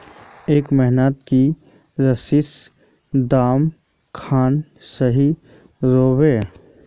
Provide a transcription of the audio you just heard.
ए महीनात की सरिसर दाम खान सही रोहवे?